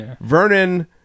vernon